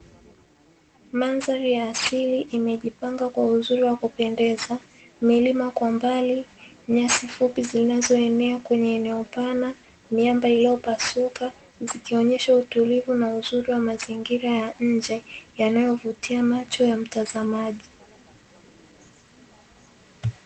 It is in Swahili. Mandhari ya asili imejipanga kwa uzuri wa kupendeza milima kwa mbali nyasi fupi zinazoenea kwenye eneo pana miamba iliyopasuka, zikionyesha utulivu na uzuri wa mazingira ya nje yanayovutia macho ya mtazamaji.